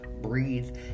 breathe